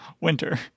Winter